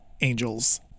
angels